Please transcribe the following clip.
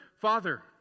father